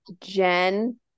jen